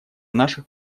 наших